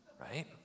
right